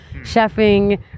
chefing